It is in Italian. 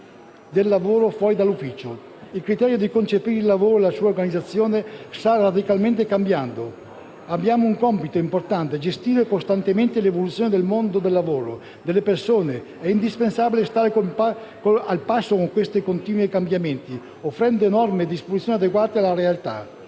del lavoro fuori dall'ufficio. Il criterio di concepire il lavoro e la sua organizzazione sta radicalmente cambiando. Abbiamo un compito importante: gestire costantemente l'evoluzione del mondo del lavoro e delle persone. È indispensabile stare al passo con questi continui cambiamenti, offrendo norme e disposizioni adeguate alla realtà.